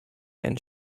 and